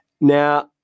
Now